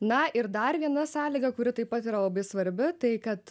na ir dar viena sąlyga kuri taip pat yra labai svarbi tai kad